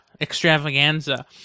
extravaganza